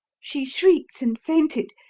she shrieked and fainted,